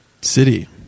city